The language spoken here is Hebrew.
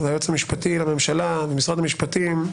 היועץ המשפטי לממשלה ומשרד המשפטים,